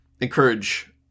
encourage